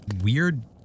weird